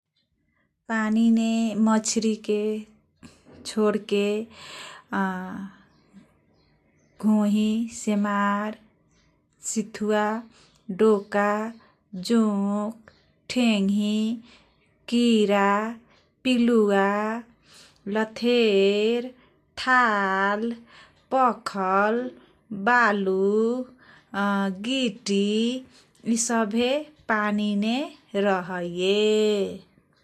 पानीने मछ्रीके छोरके घोही, सेमार, सिथुवा, डोका, जोक, थेङ्गी, किरा, पिलुवा, लथेर, ताल, पखल, बालु, गिटि इसभे पानीने रहैये ।